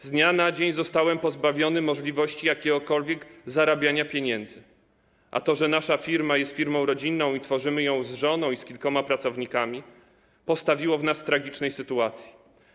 Z dnia na dzień zostałem pozbawiony możliwości jakiegokolwiek zarabiania pieniędzy, a to, że nasza firma jest firmą rodzinną, tworzymy ją z żoną i kilkoma pracownikami, postawiło nas w tragicznej sytuacji.